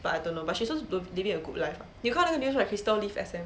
but I don't know but she's also living a good life [what] 你有看那个 news right crystal leave S_M